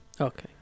okay